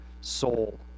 soul